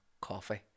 coffee